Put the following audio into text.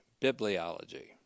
bibliology